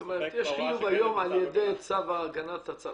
זאת אומרת, יש חיוב היום על ידי צו הגנת הצרכן.